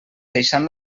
deixant